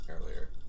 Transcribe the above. earlier